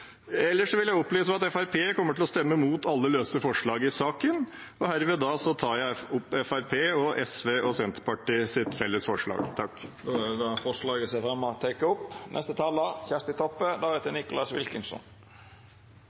Ellers vil jeg opplyse om at Fremskrittspartiet kommer til å stemme mot det løse forslaget i saken. Og herved tar jeg opp Fremskrittspartiets, SVs og Senterpartiets felles forslag. Representanten Tor André Johnsen har teke opp